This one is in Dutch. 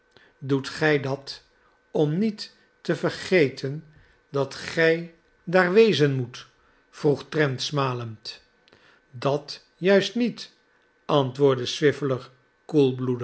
doet gij dat om niet te vergeten dat gij daar wezen moet vroeg trent smalend dat juist niet antwoordde